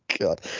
god